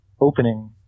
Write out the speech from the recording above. opening